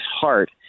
heart